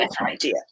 idea